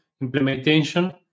implementation